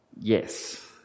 yes